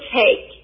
take